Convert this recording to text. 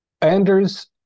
Anders